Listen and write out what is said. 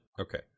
okay